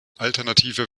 alternative